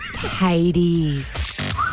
Hades